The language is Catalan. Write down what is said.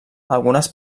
algunes